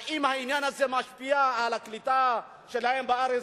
האם העניין הזה משפיע על הקליטה שלהם בארץ?